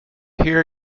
hear